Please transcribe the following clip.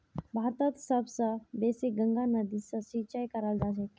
भारतत सब स बेसी गंगा नदी स सिंचाई कराल जाछेक